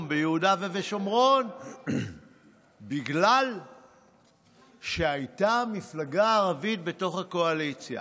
ביהודה ובשומרון בגלל שהייתה מפלגה ערבית בתוך הקואליציה.